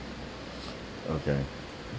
okay